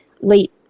late